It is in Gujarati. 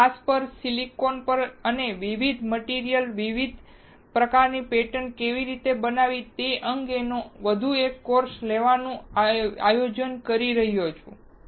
હું ગ્લાસ પર સિલિકોન પર અને વિવિધ મટીરીઅલ વિવિધ પ્રકારની પેટર્ન કેવી રીતે બનાવવી તે અંગેનો એક વધુ કોર્સ લેવાની યોજના બનાવી રહ્યો છું